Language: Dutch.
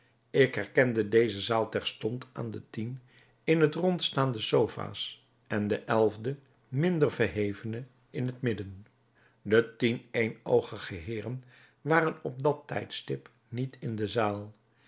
ik herkende deze zaal terstond aan de tien in het rond staande sofa's en de elfde minder verhevene in het midden de tien éénoogige heeren waren op dat tijdstip niet in de zaal